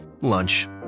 Lunch